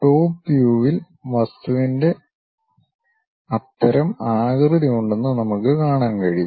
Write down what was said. top വ്യൂവിൽ വസ്തുവിന് അത്തരം ആകൃതി ഉണ്ടെന്ന് നമുക്ക് കാണാൻ കഴിയും